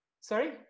sorry